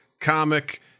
comic